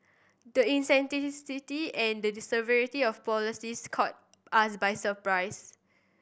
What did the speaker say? the and the severity of the policies caught us by surprise